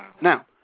Now